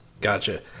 Gotcha